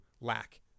lack